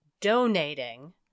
donating